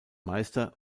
meister